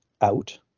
out